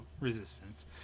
Resistance